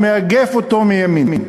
הוא מאגף אותו מימין,